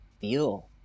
feel